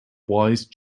wise